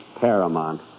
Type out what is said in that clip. Paramount